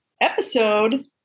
episode